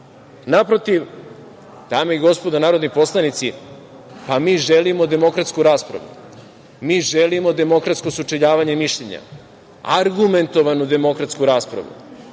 Naprotiv, dame i gospodo narodni poslanici, pa mi želimo demokratsku raspravu, mi želimo demokratsku sučeljavanje mišljenja, argumentovanu demokratsku raspravu,